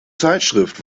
zeitschrift